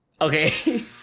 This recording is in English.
Okay